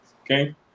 okay